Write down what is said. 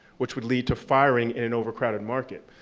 which would lead to firing in an overcrowded market.